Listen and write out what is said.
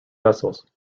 vessels